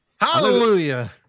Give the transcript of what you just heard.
Hallelujah